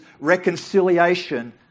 reconciliation